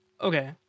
Okay